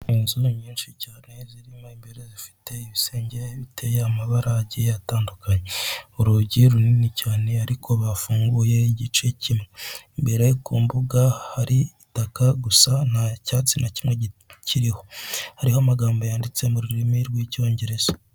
Inzu nyinshi cyane zirimo imbere zifite ibisenge bite amabara agiye atandukanye. Urugi runini cyane ariko bafunguye igice kimwe, imbere ku mbuga hari itaka gusa nta cyatsi na kimwe kikiriho, hariho amagambo yanditse mu rurimi rw'Icyongereza.